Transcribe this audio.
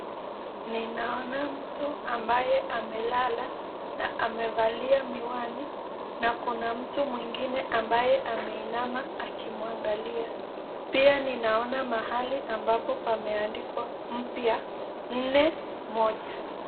Ninaona mtu ambaye amelala na amevalia miwani na kuna mtu mwingine ambaye ameinama akimwangalia. Pia ninaona mahali ambapo pameandikwa mpya 41.